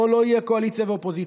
פה לא יהיו קואליציה ואופוזיציה.